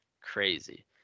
crazy